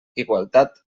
igualtat